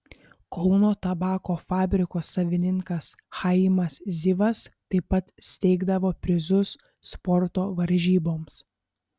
kauno tabako fabriko savininkas chaimas zivas taip pat steigdavo prizus sporto varžyboms